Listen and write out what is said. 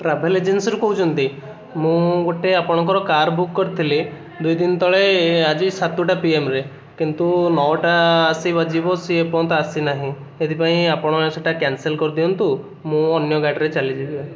travel ଏଜେନ୍ସିରୁ କହୁଛନ୍ତି ମୁଁ ଗୋଟେ ଆପଣଙ୍କର କାର୍ ବୁକ୍ କରିଥିଲି ଦୁଇଦିନ ତଳେ ଆଜି ସାତଟା ପିଏମ୍ରେ କିନ୍ତୁ ନଅଟା ଆସି ବାଜିବ ସେ ଏପର୍ଯ୍ୟନ୍ତ ଆସିନାହିଁ ସେଥିପାଇଁ ଆପଣ ସେଇଟା କ୍ୟାନସଲ୍ କରି ଦିଅନ୍ତୁ ମୁଁ ଅନ୍ୟ ଗାଡ଼ିରେ ଚାଲିଯିବି ଆଉ